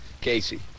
Casey